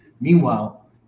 Meanwhile